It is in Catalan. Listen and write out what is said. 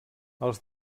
els